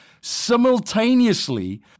simultaneously